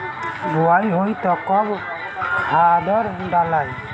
बोआई होई तब कब खादार डालाई?